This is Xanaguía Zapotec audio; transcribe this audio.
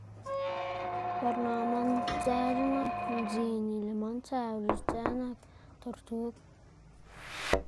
Par naꞌ man dzëc̲h̲a nak mdzin y lëꞌ man tsëwc̲h̲a sdzë nak tortug.